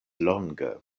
longe